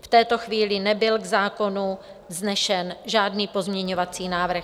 V této chvíli nebyl k zákonu vznesen žádný pozměňovací návrh.